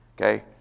Okay